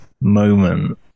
moment